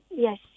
Yes